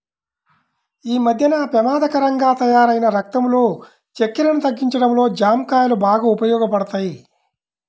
యీ మద్దెన పెమాదకరంగా తయ్యారైన రక్తంలో చక్కెరను తగ్గించడంలో జాంకాయలు బాగా ఉపయోగపడతయ్